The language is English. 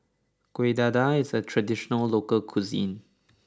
Kueh Dadar is a traditional local cuisine